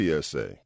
PSA